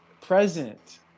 present